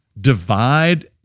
divide